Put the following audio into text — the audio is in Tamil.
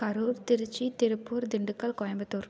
கரூர் திருச்சி திருப்பூர் திண்டுக்கல் கோயம்புத்தூர்